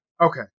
Okay